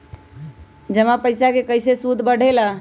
जमा पईसा के कइसे सूद बढे ला?